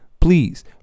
please